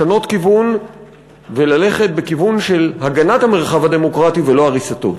לשנות כיוון וללכת בכיוון של הגנת המרחב הדמוקרטי ולא הריסתו.